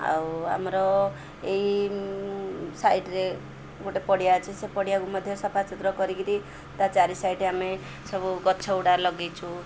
ଆଉ ଆମର ଏଇ ସାଇଡ଼ରେ ଗୋଟେ ପଡ଼ିଆ ଅଛି ସେ ପଡ଼ିଆକୁ ମଧ୍ୟ ସଫା ସୁତୁରା କରିକିରି ତା ଚାରି ସାଇଡ଼୍ରେ ଆମେ ସବୁ ଗଛଗୁଡ଼ା ଲଗାଇଛୁ